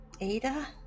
Ada